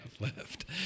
left